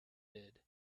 did